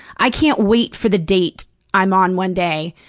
i can't wait for the date i'm on one day,